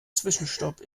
zwischenstopp